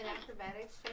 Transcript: acrobatics